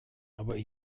aber